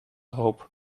hoop